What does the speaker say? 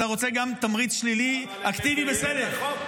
אתה רוצה גם תמריץ שלילי, אקטיבי, בסדר.